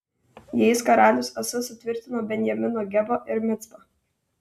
jais karalius asa sutvirtino benjamino gebą ir micpą